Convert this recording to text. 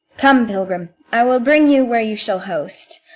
come, pilgrim, i will bring you where you shall host.